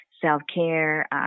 self-care